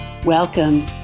Welcome